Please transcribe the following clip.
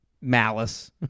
malice